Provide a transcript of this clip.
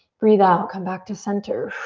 breathe out, come back to center.